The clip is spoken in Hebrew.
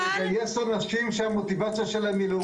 אבל --- אבל לגייס אנשים שהמוטיבציה שלהם היא לאומית.